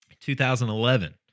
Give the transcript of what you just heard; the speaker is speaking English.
2011